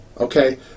okay